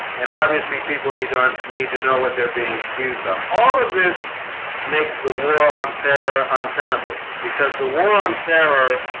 and obviously people need don't need to know what they're being accused of all of this makes the war on terror untenable because the war on terror